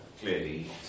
clearly